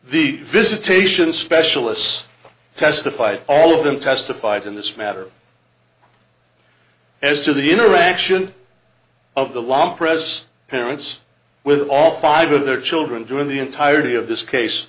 the visitation specialists testified all of them testified in this matter as to the interaction of the la presse parents with all five of their children during the entirety of this case